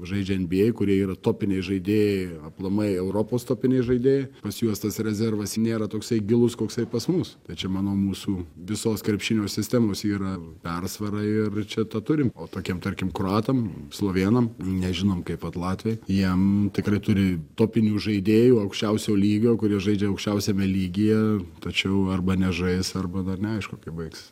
žaidžia en bi ei kurie yra topiniai žaidėjai aplamai europos topiniai žaidėjai pas juos tas rezervas nėra toksai gilus koksai pas mus bet čia manau mūsų visos krepšinio sistemos yra persvara ir čia to turim o tokiem tarkim kroatam slovėnam nežinau kaip vat latviai jiem tikrai turi topinių žaidėjų aukščiausio lygio kurie žaidžia aukščiausiame lygyje tačiau arba nežais arba dar neaišku kaip baigs